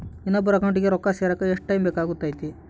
ಇನ್ನೊಬ್ಬರ ಅಕೌಂಟಿಗೆ ರೊಕ್ಕ ಸೇರಕ ಎಷ್ಟು ಟೈಮ್ ಬೇಕಾಗುತೈತಿ?